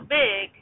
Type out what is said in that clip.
big